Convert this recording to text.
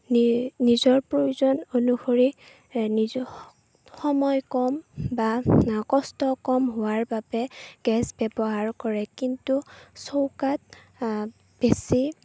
নি নিজৰ প্ৰয়োজন অনুসৰি নিজৰ সময় কম বা কষ্ট কম হোৱাৰ বাবে গেছ ব্যৱহাৰ কৰে কিন্তু চৌকাত বেছি